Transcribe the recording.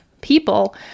people